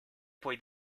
puoi